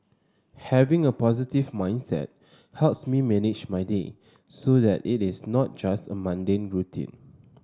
having a positive mindset helps me manage my day so that it is not just a mundane routine